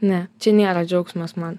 ne čia nėra džiaugsmas man